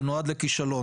זה נועד לכישלון.